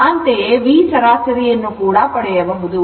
ಅಂತೆಯೇ ವಿ ಸರಾಸರಿಯನ್ನು ಕೂಡ ಪಡೆಯಬಹುದು